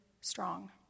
strong